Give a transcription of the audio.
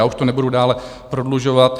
Já už to nebudu dále prodlužovat.